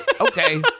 okay